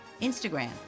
Instagram